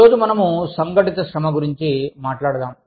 ఈరోజు మనము సంఘటిత శ్రమ గురించి మాట్లాడదాం